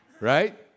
Right